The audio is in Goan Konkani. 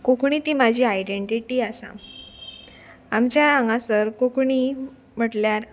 कोंकणी ती म्हाजी आयडेंटिटी आसा आमच्या हांगासर कोंकणी म्हटल्यार